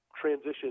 transition